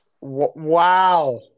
Wow